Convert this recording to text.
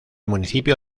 municipio